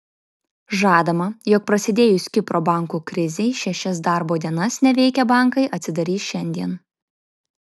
žadama jog prasidėjus kipro bankų krizei šešias darbo dienas neveikę bankai atsidarys šiandien